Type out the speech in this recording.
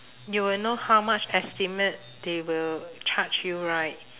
you will know how much estimate they will charge you right